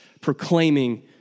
proclaiming